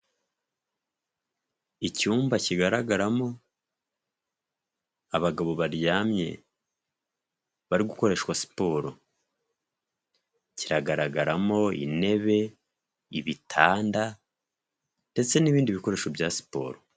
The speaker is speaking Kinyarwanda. icyumba kigaragaramo abagabo baryamye bari gukoreshwa siporo, kiragaragaramo intebe ibitanda ndetse n'ibindi bikoresho bya siporo.